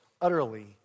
utterly